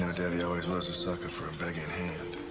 and daddy always was a sucker for a begging hand.